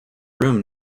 room